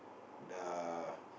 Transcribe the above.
the